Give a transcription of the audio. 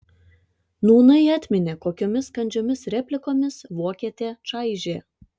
nūnai atminė kokiomis kandžiomis replikomis vokietę čaižė